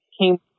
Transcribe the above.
came